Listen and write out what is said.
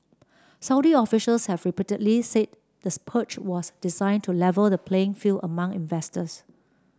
Saudi officials have repeatedly said the was designed to level the playing field among investors